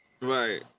Right